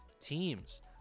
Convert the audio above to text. teams